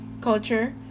culture